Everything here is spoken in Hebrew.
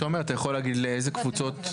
תומר אתה יכול להגיד לאיזה קבוצות?